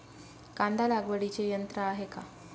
कांदा लागवडीचे यंत्र आहे का?